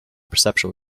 perceptual